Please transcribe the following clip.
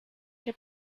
que